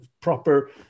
proper